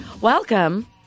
Welcome